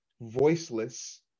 voiceless